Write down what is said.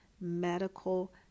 medical